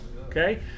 Okay